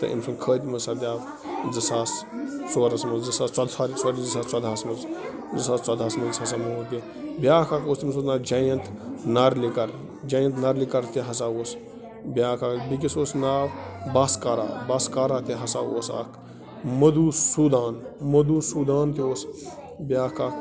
تہٕ أمۍ سُنٛد خٲتمہٕ سپدٲو زٕ ساس ژورَس منٛز زٕ ساس ژۄ سوری زٕ ساس ژۄدہَس منٛز زٕ ساس ژۄدہَس منٛز ہسا موٗد یہِ بیٛاکھ اَکھ اوس تٔمۍ سُنٛد ناو جینٛت نارلِکَر جیت نارلِکَر تہِ ہَسا اوس بیٛاکھ اَکھ بیٚیِس اوس ناو باسکارا باسکارا تہِ ہَسا اوس اَکھ مدھوٗوسوٗدان مدھوٗوسوٗدان تہِ اوس بیٛاکھ اَکھ